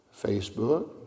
Facebook